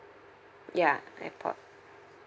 ya airport